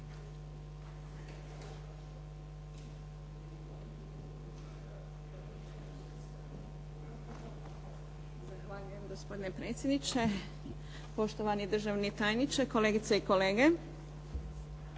Zahvaljujem. Gospodine predsjedniče, poštovani državni tajniče, kolegice i kolege.